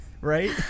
right